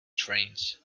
trains